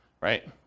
right